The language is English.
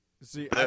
See